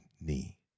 Knee